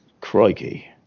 Crikey